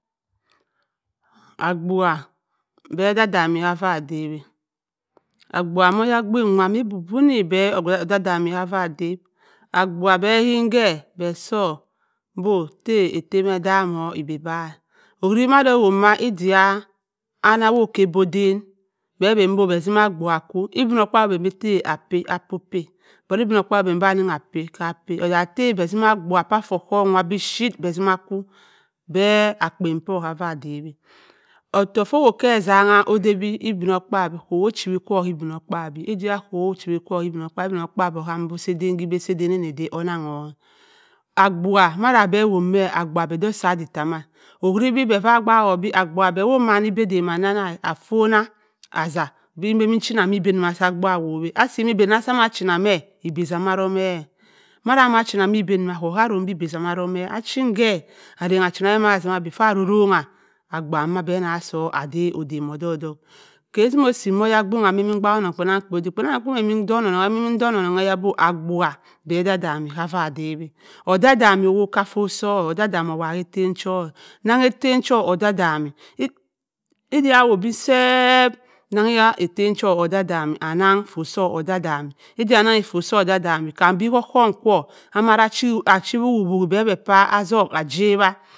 Agbubua be odam-odammi kafa adawi agbubua mo oya bin wa ma bo bonni be odam-odamni kafa adawi agbubua be yin ke be zur bo tta ettem e-dam-o ebiabaa owuri mada owowbua ma idiaa anno wo ka odo edan be been bo be zimma agbubua ako ibinokpaabyi ta a paa, apo-paa but ibinokpaabyi odi anng ka apa ta be zima agbubua ka fu ohohm wa bipuyit be azimma aku be akpen poo adawi-a ottoku to ohowa ke ezannag oba be ibinokpaabyi kowo ochi wi ko ibinokpaabyi ida kowi ochiwi cho ka ibinokpayi ibinokpaabyi oham bi osa aden owuri bi be fa abaak-o bi aguubua be wo mam obgh ba wanna afonna asa bi mben bi enjnna mi eda sa agbubua awowo a asi me ida nasa amma chinna me ida zama wome ada amasa china kwu arrong be eba zamma wome achin ke arrang china ida su be ma si ma be for e arong-rong-e agbubha ma be na so ada ottoku odook-odok ke simo osi mo-oya bing wa imm nkpa onnong kpanan kpen bi agbubbua be odan-odammi kafa a dawi-a odan-odammi ohok ka. fott su odam odammi ohowu ka ettem cho-a nann ettem cho odam odammi annan fott so adam-odommi ida annan fot so odam-odamoo kan be k’ohohm kwu achi vovo bebe ach azawa.